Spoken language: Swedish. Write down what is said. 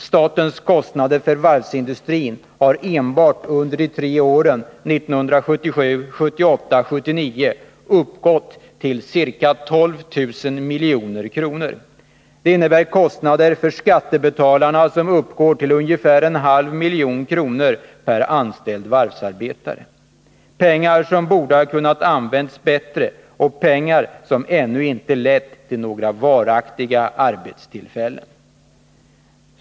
Statens kostnader för varvsindustrin har enbart under de tre åren 1977-1979 uppgått till ca 12 000 milj.kr. Detta innebär kostnader för skattebetalarna som uppgår till ungefär en halv miljon kronor per anställd varvsarbetare — pengar som borde ha kunnat användas bättre och pengar som ännu inte lett till varaktiga arbetstillfällen.